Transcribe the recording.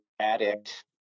addict